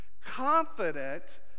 confident